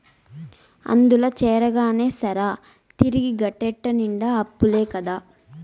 అందుల చేరగానే సరా, తిరిగి గట్టేటెట్ట నిండా అప్పులే కదా